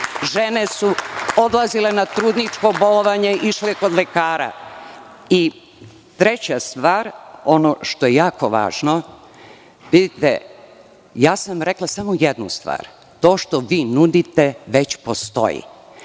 žene su odlazile na trudničko bolovanje, išle kod lekara i treća stvar, ono što je jako važno. Rekla sam samo jednu stvar. To što vi nudite već postoji.